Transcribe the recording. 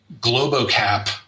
Globocap